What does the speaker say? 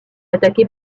attaqué